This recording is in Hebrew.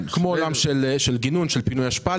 צרכים כמו גינון, כמו פינוי אשפה.